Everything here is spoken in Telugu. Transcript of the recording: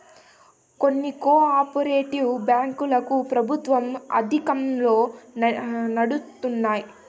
కొన్ని కో ఆపరేటివ్ బ్యాంకులు ప్రభుత్వం ఆధీనంలో నడుత్తాయి